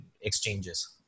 exchanges